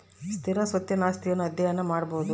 ಸ್ಥಿರ ಸ್ವತ್ತಿನ ಆಸ್ತಿಯನ್ನು ಅಧ್ಯಯನ ಮಾಡಬೊದು